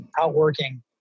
outworking